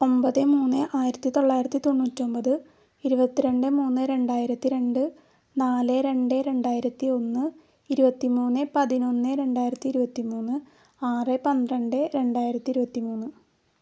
ഒമ്പത് മൂന്ന് ആയിരത്തി തൊള്ളായിരത്തി തൊണ്ണൂറ്റൊമ്പത് ഇരുപത്തി രണ്ട് മൂന്ന് രണ്ടായിരത്തിരണ്ട് നാല് രണ്ട് രണ്ടായിരത്തി ഒന്ന് ഇരുപത്തി മൂന്ന് പതിനൊന്ന് രണ്ടായിരത്തി ഇരുപത്തി മൂന്ന് ആറ് പന്ത്രണ്ട് രണ്ടായിരത്തി ഇരുപത്തിമൂന്ന്